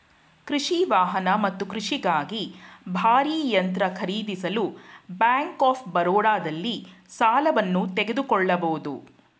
ಕೃಷಿ ವಾಹನ ಮತ್ತು ಕೃಷಿಗಾಗಿ ಭಾರೀ ಯಂತ್ರ ಖರೀದಿಸಲು ಬ್ಯಾಂಕ್ ಆಫ್ ಬರೋಡದಲ್ಲಿ ಸಾಲವನ್ನು ತೆಗೆದುಕೊಳ್ಬೋದು